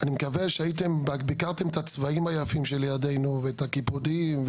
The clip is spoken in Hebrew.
אני מקווה שביקרתם את הצבאים היפים שלידנו ואת הקיפודים,